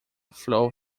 flow